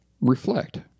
reflect